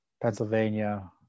Pennsylvania